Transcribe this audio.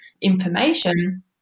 information